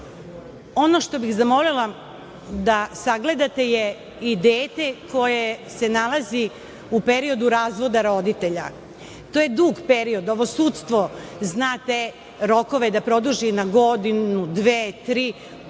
što bih zamolila da sagledate je i dete koje se nalazi u periodu razvoda roditelja. To je dug period. Ovo sudstvo zna te rokove da produži na godinu, dve, tri. To